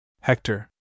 Hector